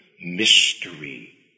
mystery